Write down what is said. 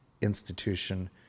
institution